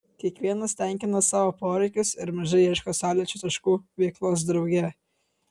kiekvienas tenkina savo poreikius ir mažai ieško sąlyčio taškų veiklos drauge